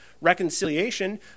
reconciliation